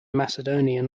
macedonian